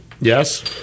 yes